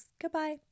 goodbye